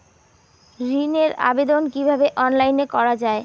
ঋনের আবেদন কিভাবে অনলাইনে করা যায়?